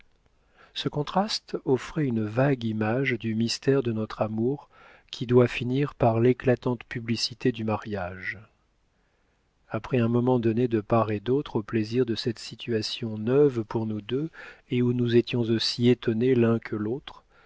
ce contraste offrait une vague image du mystère de notre amour qui doit finir par l'éclatante publicité du mariage après un moment donné de part et d'autre au plaisir de cette situation neuve pour nous deux et où nous étions aussi étonnés l'un que l'autre